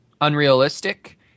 unrealistic